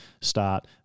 start